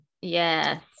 Yes